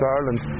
Ireland